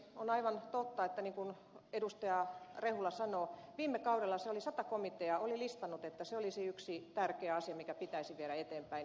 on aivan totta niin kuin edustaja rehula sanoo että viime kaudella sata komitea oli listannut että se olisi yksi tärkeä asia mikä pitäisi viedä eteenpäin